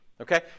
okay